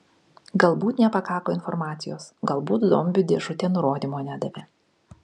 galbūt nepakako informacijos galbūt zombių dėžutė nurodymo nedavė